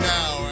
Now